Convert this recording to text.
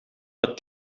het